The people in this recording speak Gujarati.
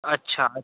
અચ્છા